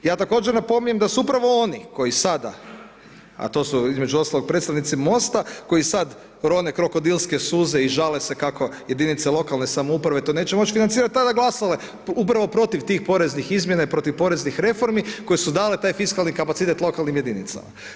Ja također napominjem da su upravo oni koji sada, a to su između ostalog predstavnici MOST-a, koji sad rone krokodilske suze i žale se kako jedinice lokalne samouprave to neće moći financirati, tada glasale upravo protiv tih poreznih izmjena i protiv poreznih reformi, koje su dale taj fiskalni kapacitet lokalnim jedinicama.